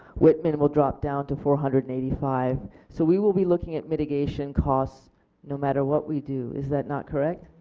whitman will drop down to four hundred and eighty five so we will be looking at mitigation costs no matter what we do. is that not correct?